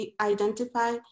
identify